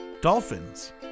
dolphins